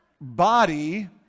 body